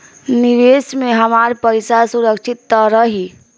निवेश में हमार पईसा सुरक्षित त रही?